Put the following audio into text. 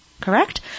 Correct